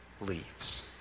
leaves